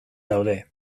daude